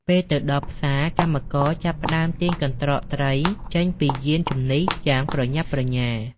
ពេលទៅដល់ ផ្សារ កម្មករចាប់ផ្តើមទាញកន្ត្រកត្រីចេញពីយានជំនិះយ៉ាងប្រញាប់ប្រញាល់។